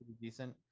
decent